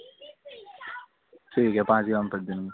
ٹھیک ہے پانچ